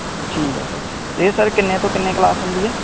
ਠੀਕ ਹੈ ਸਰ ਅਤੇ ਇਹ ਸਰ ਕਿੰਨੇ ਤੋਂ ਕਿੰਨੇ ਕਲਾਸ ਹੁੰਦੀ ਆ